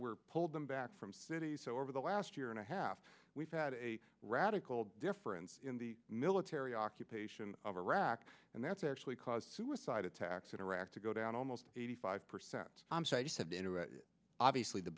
we're pulled them back from cities over the last year and a half we've had a radical difference in the military occupation of iraq and that's actually cause suicide attacks in iraq to go down almost eighty five percent obviously the